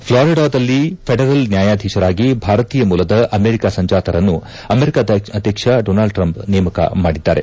ಫ್ಲಾರಿಡಾದಲ್ಲಿ federal ನ್ಯಾಯಾಧೀಶರಾಗಿ ಭಾರತೀಯ ಮೂಲದ ಅಮೆರಿಕ ಸಂಜಾತರನ್ನು ಅಮೆರಿಕದ ಅಧ್ಯಕ್ಷ ಡೊನಾಲ್ಡ್ ಟ್ರಂಪ್ ನೇಮಕ ಮಾಡಿದ್ದಾರೆ